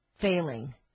failing